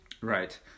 Right